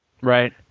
Right